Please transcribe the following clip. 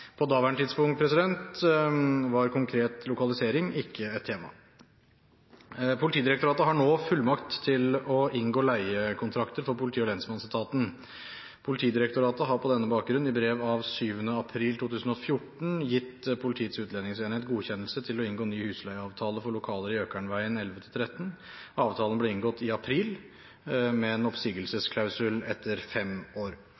På daværende tidspunkt var konkret lokalisering ikke et tema.» Politidirektoratet har nå fullmakt til å inngå leiekontrakter for politi- og lensmannsetaten. «POD har på denne bakgrunn i brev av 7.4.2014 gitt PU godkjennelse til å inngå ny husleieavtale for lokaler Økernveien 11–13. Avtalen ble inngått i april, med en oppsigelsesklausul etter fem år.